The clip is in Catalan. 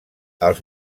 els